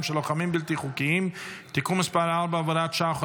של לוחמים בלתי חוקיים (תיקון מס' 4 והוראת שעה,